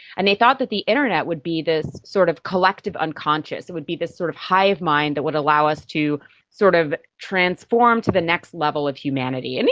and they thought that the internet would be this sort of collective unconscious, it would be this sort of hive-mind that would allow us to sort of transform to the next level of humanity. and